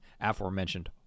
aforementioned